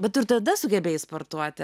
bet ir tada sugebės sportuoti